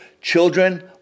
children